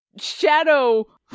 Shadow